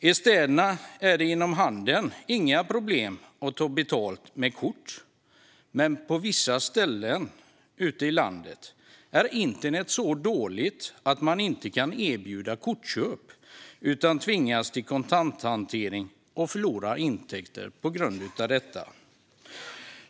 I städerna är det inom handeln inga problem att ta betalt med kort, men på vissa ställen ute i landet är internet så dåligt att man inte kan erbjuda kortköp utan tvingas till kontanthantering och förlorar intäkter på grund av detta.